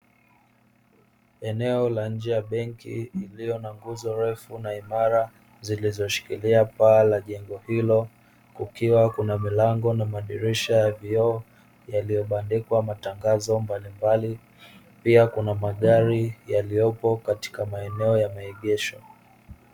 Eneo la nje ya benki iliyo na nguzo refu na imara zilizoshikilia paa la jengo hilo, kukiwa kuna milango na madirisha ya vioo yaliyobandikwa matangazo mbalimbali. Pia kuna magari yaliyopo katika maeneo ya maegesho.